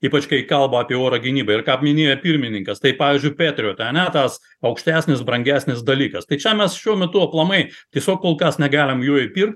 ypač kai kalba apie oro gynybą ir ką minėjo pirmininkas tai pavyzdžiui petriot ane tas aukštesnis brangesnis dalykas tai čia mes šiuo metu aplamai tiesiog kol kas negalim jų įpirkt